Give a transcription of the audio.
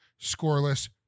scoreless